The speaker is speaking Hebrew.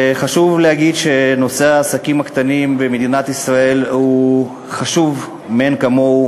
חשוב להגיד שנושא העסקים הקטנים במדינת ישראל הוא חשוב מאין כמוהו.